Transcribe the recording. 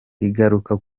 igaruka